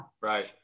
Right